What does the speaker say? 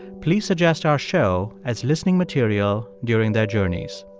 please suggest our show as listening material during their journeys.